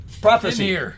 Prophecy